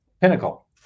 pinnacle